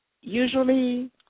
usually